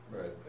right